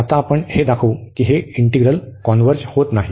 तर आता आपण हे दाखवू की हे इंटिग्रल कॉन्व्हर्ज होत नाही